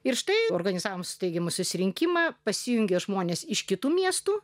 ir štai organizavome steigimu susirinkimą pasijungė žmonės iš kitų miestų